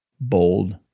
bold